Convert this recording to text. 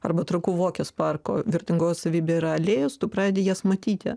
arba trakų vokės parko vertingoji savybė yra alėjos tu pradedi jas matyti